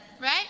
Right